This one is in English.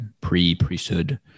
pre-priesthood